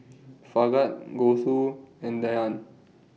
Bhagat Gouthu and Dhyan